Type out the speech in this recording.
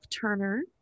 Turner